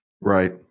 Right